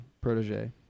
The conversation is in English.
protege